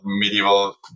medieval